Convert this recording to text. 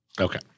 Okay